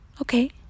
Okay